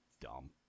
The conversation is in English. dumb